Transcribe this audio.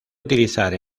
utilizar